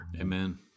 Amen